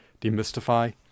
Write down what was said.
demystify